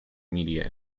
media